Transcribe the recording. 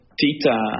Tita